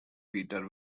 peter